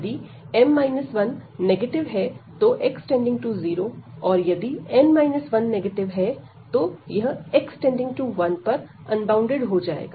यदि m 1 negative है तो यह x→0 और यदि n 1 नेगेटिव है तो यह x→1 पर अनबॉउंडेड हो जाएगा